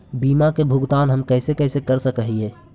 बीमा के भुगतान हम कैसे कैसे कर सक हिय?